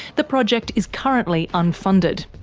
the project is currently unfunded.